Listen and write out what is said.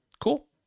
Cool